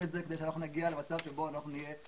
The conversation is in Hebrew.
אותם כדי שנגיע למצב שבו אנחנו נהיה מסודרים.